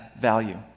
value